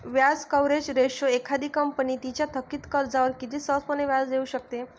व्याज coverage ratio एखादी company तिच्या थकित कर्जावर किती सहजपणे व्याज देऊ शकते